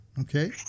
Okay